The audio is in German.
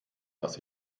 dass